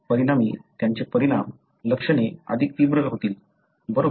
परिणामी त्यांचे परिणाम लक्षणे अधिक तीव्र होतील बरोबर